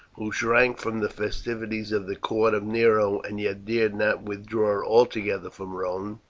who shrank from the festivities of the court of nero and yet dared not withdraw altogether from rome,